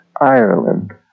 Ireland